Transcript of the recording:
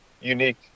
unique